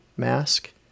mask